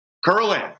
Curling